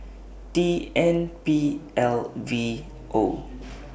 T N P L V O